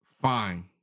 fine